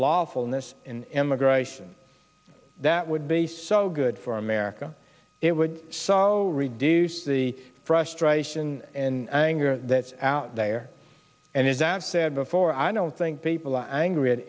in immigration that would be so good for america it would solve the reduce the frustration and anger that's out there and is that said before i don't think people are angry at